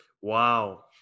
Wow